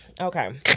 Okay